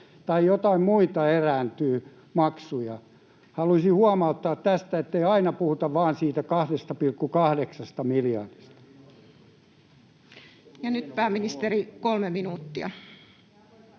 tai joitain muita maksuja erääntyy. Haluaisin huomauttaa tästä, ettei aina puhuta vain siitä 2,8 miljardista. Ja nyt pääministeri, 3 minuuttia.